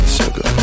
sugar